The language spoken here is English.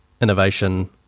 innovation